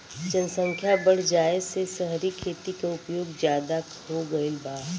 जनसख्या बढ़ जाये से सहरी खेती क उपयोग जादा हो गईल बा